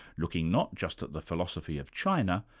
looking not just at the philosophy of china,